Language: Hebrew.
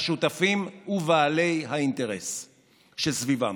השותפים ובעלי האינטרס שסביבם.